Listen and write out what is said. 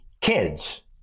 kids